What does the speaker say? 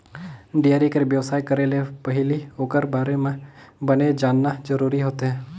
dairy कर बेवसाय करे ले पहिली ओखर बारे म बने जानना जरूरी होथे